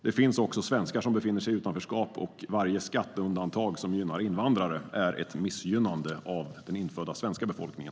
Det finns också svenskar som befinner sig i utanförskap. Varje skatteundantag som gynnar invandrare är ett missgynnande av den infödda svenska befolkningen.